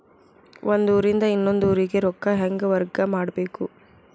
ಒಂದ್ ಊರಿಂದ ಇನ್ನೊಂದ ಊರಿಗೆ ರೊಕ್ಕಾ ಹೆಂಗ್ ವರ್ಗಾ ಮಾಡ್ಬೇಕು?